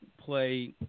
play